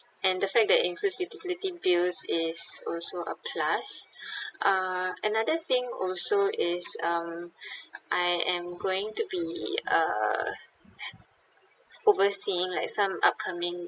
and the fact that it includes utility bills is also a plus uh another thing also is um I am going to be uh overseeing like some upcoming